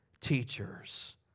teachers